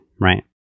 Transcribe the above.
right